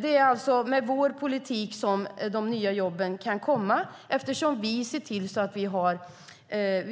Det är alltså med vår politik som de nya jobben kan komma, eftersom vi ser till att vi